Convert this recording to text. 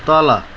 तल